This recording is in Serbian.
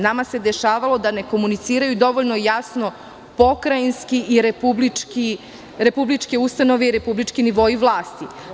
Nama se dešavalo da ne komuniciraju dovoljno jasno pokrajinske i republičke ustanove i republički nivoi vlasti.